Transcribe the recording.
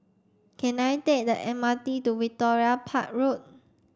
can I take the M R T to Victoria Park Road